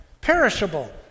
Perishable